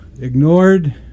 ignored